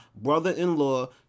brother-in-law